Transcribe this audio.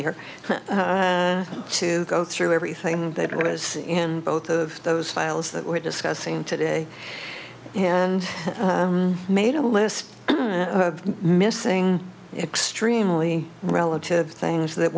here to go through everything that was in both of those files that we're discussing today and made a list of missing extremely relative things that